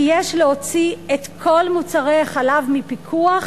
כי יש להוציא את כל מוצרי החלב מפיקוח,